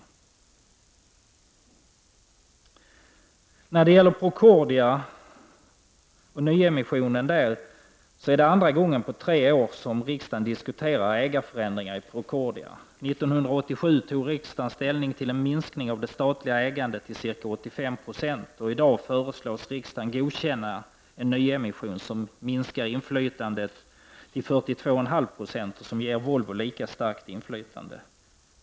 Med anledning av det föreslagna godkännandet av en nyemission i Procordia vill jag säga att riksdagen för andra gången på tre år diskuterar ägarförändringar i detta företag. År 1987 tog riksdagen ställning för en minskning av statens ägande i Procordia till ca 85 26, och i dag föreslås alltså att riksdagen skall godkänna en nyemission som minskar inflytandet till 42,5 26 och ger Volvo lika stort inflytande.